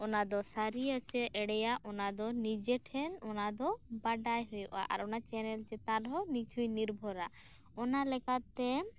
ᱚᱱᱟᱫᱚ ᱥᱟᱹᱨᱤᱭᱟ ᱥᱮ ᱮᱲᱮᱭᱟ ᱚᱱᱟᱫᱚ ᱱᱤᱡᱮ ᱴᱷᱮᱱ ᱚᱱᱟᱫᱚ ᱵᱟᱰᱟᱭ ᱦᱳᱭᱳᱜᱼᱟ ᱟᱨ ᱚᱱᱟ ᱪᱮᱱᱮᱞ ᱪᱮᱛᱟᱱ ᱨᱮᱦᱚᱸ ᱠᱤᱪᱷᱩᱭ ᱱᱤᱨᱵᱷᱚᱨᱟ ᱚᱱᱟ ᱞᱮᱠᱟᱛᱮ